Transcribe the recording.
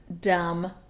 dumb